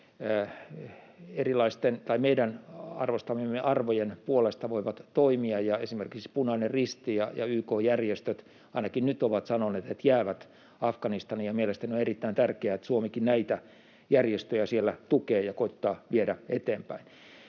meidän arvostamiemme arvojen puolesta voivat toimia, ja esimerkiksi Punainen Risti ja YK-järjestöt ainakin nyt ovat sanoneet, että jäävät Afganistaniin. Mielestäni on erittäin tärkeää, että Suomikin näitä järjestöjä siellä tukee ja koettaa viedä eteenpäin.